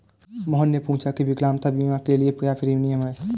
मोहन ने पूछा की विकलांगता बीमा के लिए क्या प्रीमियम है?